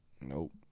Nope